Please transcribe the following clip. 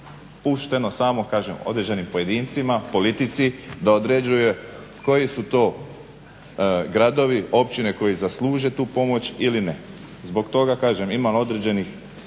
pušteno samo kažem određenim pojedincima, politici da određuje koji su to gradovi, općine koji zasluže tu pomoć ili ne. Zbog toga kažem imam određenih